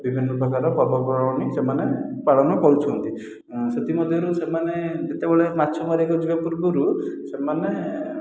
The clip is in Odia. ବିଭିନ୍ନ ପ୍ରକାରର ପର୍ବ ପର୍ବାଣି ସେମାନେ ପାଳନ କରୁଛନ୍ତି ସେଥିମଧ୍ୟରୁ ସେମାନେ ଯେତେବେଳେ ମାଛ ମାରିବାକୁ ଯିବା ପୂର୍ବରୁ ସେମାନେ